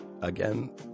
again